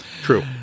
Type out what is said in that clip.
true